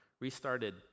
restarted